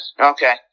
okay